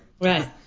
Right